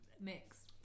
mix